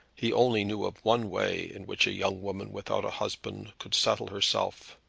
he only knew of one way in which a young woman without a husband could settle herself.